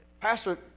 Pastor